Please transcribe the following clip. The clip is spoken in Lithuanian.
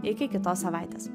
iki kitos savaitės